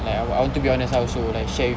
like I want I want to be honest ah also like share